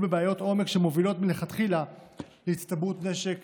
בבעיות עומק שמובילות מלכתחילה להצטברות נשק